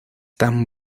tan